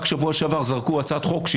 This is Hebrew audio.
רק בשבוע שעבר זרקו הצעת חוק,